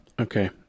Okay